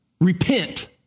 Repent